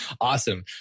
Awesome